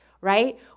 right